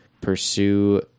pursue